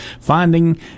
finding